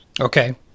Okay